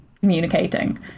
communicating